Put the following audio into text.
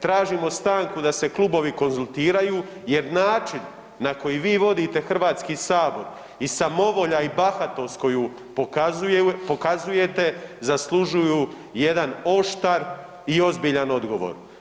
Tražimo stanku da se klubovi konzultiraju jer način na koji vi vodite HS i samovolja i bahatost koju pokazujete zaslužuju jedan oštar i ozbiljan odgovor.